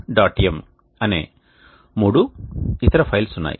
m అనే మూడు ఇతర ఫైల్స్ ఉన్నాయి